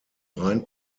rein